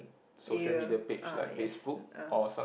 area uh yes uh